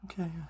Okay